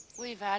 we've ah